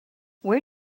where